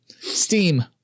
Steam